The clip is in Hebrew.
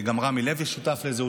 גם רמי לוי שותף לזה.